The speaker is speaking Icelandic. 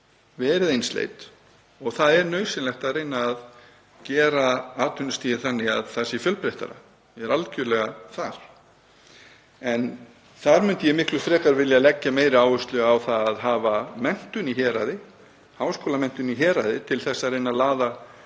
verið einsleit og það er nauðsynlegt að reyna að gera atvinnustigið þannig að það sé fjölbreyttara. Ég er algerlega þar. Þar myndi ég miklu frekar vilja leggja meiri áherslu á að hafa menntun í héraði, háskólamenntun í héraði, til þess að reyna að laða